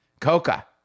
Coca